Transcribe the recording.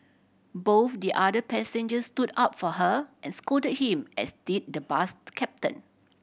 both the other passengers stood up for her and scolded him as did the bus captain